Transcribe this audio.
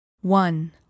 one